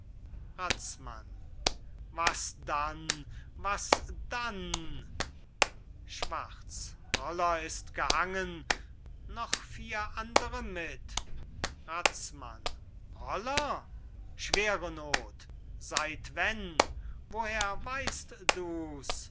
razmann was dann was dann schwarz roller ist gehangen noch vier andere mit razmann roller schwere noth seit wann woher weist du's